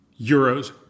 euros